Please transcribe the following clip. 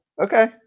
Okay